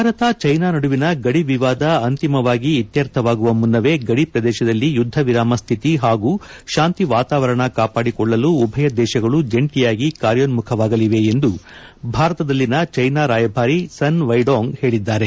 Bharat China ನಡುವಿನ ಗಡಿ ವಿವಾದ ಅಂತಿಮವಾಗಿ ಇತ್ತರ್ಥವಾಗುವ ಮುನ್ನವೇ ಗಡಿ ಪ್ರದೇತದಲ್ಲಿ ಯುದ್ದ ವಿರಾಮ ಸ್ಥಿತಿ ಹಾಗೂ ಶಾಂತಿ ವಾತಾವರಣ ಕಾಪಾಡಿಕೊಳ್ಳಲು ಉಭಯ ದೇಶಗಳು ಜಂಟಿಯಾಗಿ ಕಾರ್ಯೋನ್ನುಖವಾಗಲಿವೆ ಎಂದು ಭಾರತದಲ್ಲಿನ ಚೀನಾ ರಾಯಭಾರಿ ಸನ್ ವೈಡೋಂಗ್ ಹೇಳಿದ್ದಾರೆ